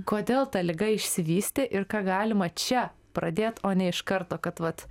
kodėl ta liga išsivystė ir ką galima čia pradėt o ne iš karto kad vat